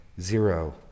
Zero